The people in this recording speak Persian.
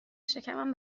شکمم